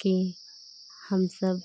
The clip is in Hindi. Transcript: कि हम सब